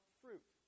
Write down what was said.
fruit